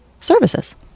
services